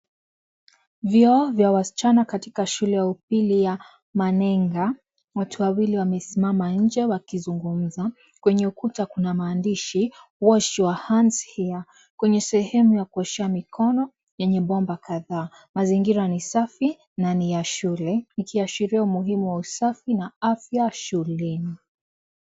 Vyoo vya wasichana katika shule ya upili ya Maninga, watu wawili wamesimama nje wakizungumza. Kwenye ukuta Kuna maandishi wash your hands here kwenye sehemu ya kuoshwa mkono enye bomba kadhaa. Mazingira ni safi na ni ya shule ikiashiria umuhimu wa usafi na afya shuleni.